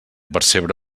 percebre